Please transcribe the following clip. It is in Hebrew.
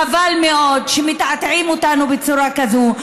חבל מאוד שמתעתעים בנו בצורה כזו,